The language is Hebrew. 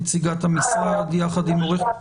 אני מנצל את הדיון שמתקיים כרגע כדי להביע את שאט